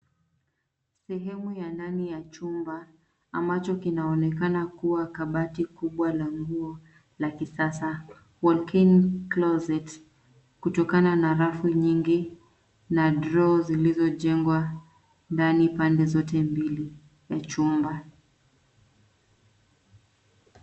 Sehemu ya ndani ya chumba ambacho kinaonekana kuwa kabati kubwa la nguo la kisasa cs[walk-in closet]cs kutokana na rafu nyingi na cs[draw]cs zilizojengwa ndani pande zote mbili ya chumba.